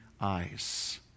eyes